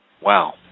Wow